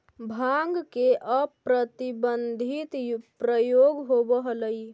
भाँग के अप्रतिबंधित प्रयोग होवऽ हलई